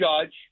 Judge